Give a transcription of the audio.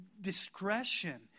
discretion